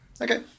okay